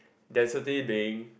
density being